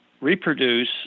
reproduce